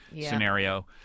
scenario